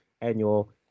annual